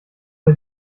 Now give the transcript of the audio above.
der